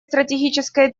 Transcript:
стратегическое